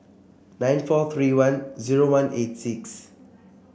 nine four three one zero one eight six